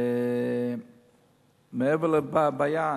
מעבר לבעיה,